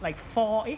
like four eh